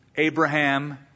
Abraham